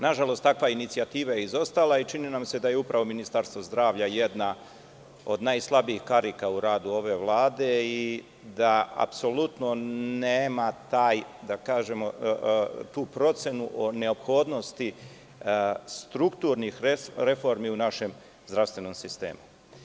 Nažalost, takva inicijativa je izostala i čini nam se da je upravo Ministarstvo zdravlja jedna od najslabijih karika u radu ove Vlade i da apsolutno nema tu procenu neophodnosti strukturnih reformi u našem zdravstvenom sistemu.